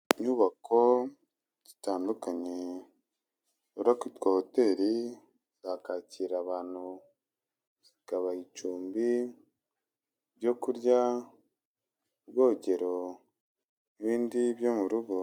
Inyubako zitandukanye zishobora kwitwa hoteli, zakakira abantu, zikabaha icumbi, ibyo kurya, ubwogero n'ibindi byo mu rugo.